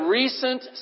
recent